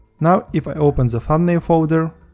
now, if i open the thumbnail folder,